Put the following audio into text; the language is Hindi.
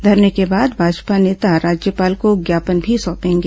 धरने के बाद भाजपा नेता राज्यपाल को ज्ञापन भी सौंपे गे